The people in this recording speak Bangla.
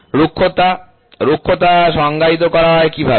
রুক্ষতা রুক্ষতা সংজ্ঞায়িত করা হয় কিভাবে